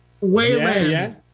Wayland